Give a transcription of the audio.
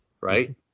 right